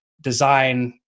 design